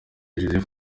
joseph